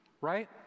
right